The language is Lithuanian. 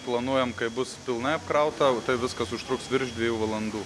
planuojam kai bus pilnai apkrauta tai viskas užtruks virš dviejų valandų